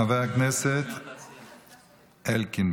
חבר הכנסת אלקין,